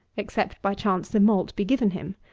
except by chance the malt be given him.